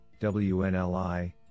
WNLI